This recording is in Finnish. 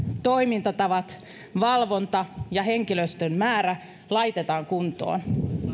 toimintatavat valvonta ja henkilöstön määrä laitetaan kuntoon